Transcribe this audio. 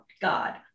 God